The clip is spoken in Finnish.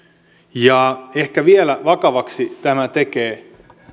ja ehkä vielä vakavaksi tämän tekee